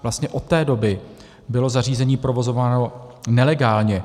Vlastně od té doby bylo zařízení provozováno nelegálně.